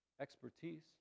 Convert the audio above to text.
expertise